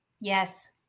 Yes